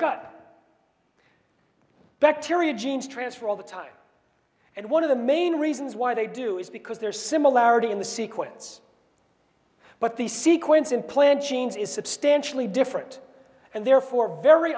gut bacteria genes transfer all the time and one of the main reasons why they do is because they're similarity in the sequence but the sequence implant genes is substantially different and therefore very